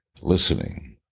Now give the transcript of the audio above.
listening